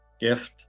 gift